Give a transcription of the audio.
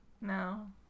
No